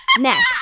Next